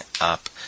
up